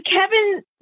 Kevin